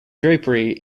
drapery